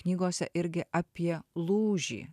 knygose irgi apie lūžį